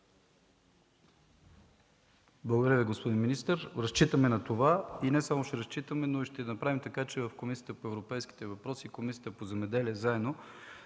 Благодаря Ви, господин министър. Разчитаме на това, и не само, че разчитаме, но ще направим така, че в Комисията по европейските въпроси и Комисията по земеделие – заедно,